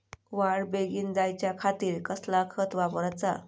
वाढ बेगीन जायच्या खातीर कसला खत वापराचा?